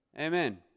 Amen